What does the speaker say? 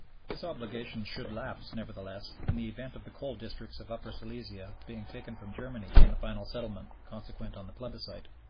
this obligation should lapse, nevertheless, in the event of the coal districts of upper silesia being taken from germany in the final settlement consequent on the plebiscite.